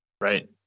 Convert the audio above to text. Right